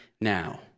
now